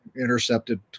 intercepted